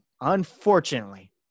unfortunately